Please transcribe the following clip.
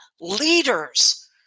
leaders